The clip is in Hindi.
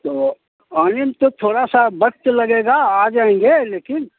तो आने में तो थोड़ा सा वक़्त लगेगा आ जाएँगे लेकिन